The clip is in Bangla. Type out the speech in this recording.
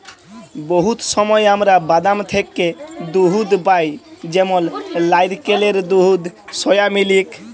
বহুত সময় আমরা বাদাম থ্যাকে দুহুদ পাই যেমল লাইরকেলের দুহুদ, সয়ামিলিক